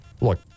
look